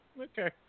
okay